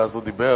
ואז הוא דיבר,